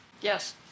Yes